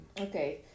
Okay